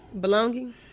Belonging